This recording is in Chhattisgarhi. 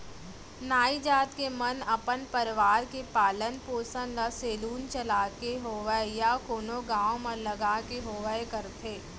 नाई जात के मन अपन परवार के पालन पोसन ल सेलून चलाके होवय या कोनो गाँव म लग के होवय करथे